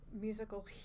musical